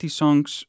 songs